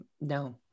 No